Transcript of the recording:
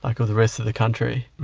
like or the rest of the country.